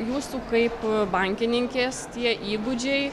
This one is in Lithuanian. jūsų kaip bankininkės tie įgūdžiai